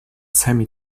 semi